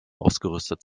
ausgerüstet